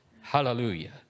Hallelujah